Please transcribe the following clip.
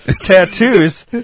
tattoos